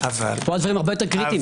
אבל- -- פה הרבה יותר קריטיים.